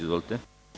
Izvolite.